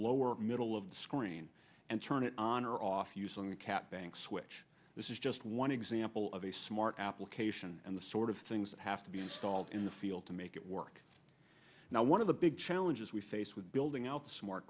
lower middle of the screen and turn it on or off using a cap banks which this is just one example of a smart application and the sort of things that have to be installed in the field to make it work now one of the big challenges we face with building out smart